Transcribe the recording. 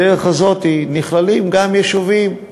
בדרך הזאת נכללים גם יישובים,